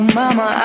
mama